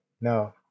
no